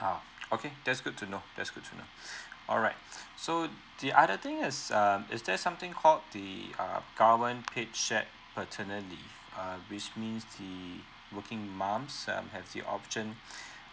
ah okay that's good to know that's good alright so the other thing is um is there something called the uh government page set that paternity leave uh which means the working moms um have the option